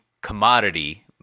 commodity